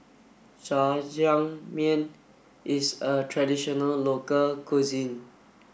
Jajangmyeon is a traditional local cuisine